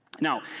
Now